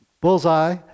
bullseye